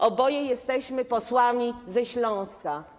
Oboje jesteśmy posłami ze Śląska.